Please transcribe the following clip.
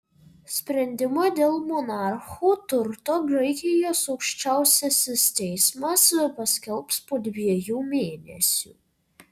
sprendimą dėl monarchų turto graikijos aukščiausiasis teismas paskelbs po dviejų mėnesių